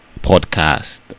podcast